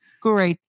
great